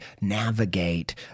navigate